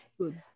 good